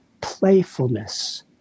playfulness